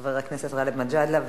חבר הכנסת גאלב מג'אדלה.